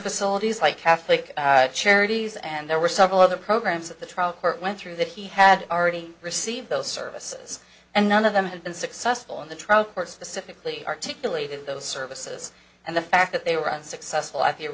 facilities like catholic charities and there were several other programs at the trial court went through that he had already received those services and none of them had been successful in the trial court specifically articulated those services and the fact that they were unsuccessful i